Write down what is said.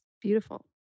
Beautiful